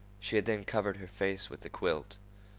she had then covered her face with the quilt.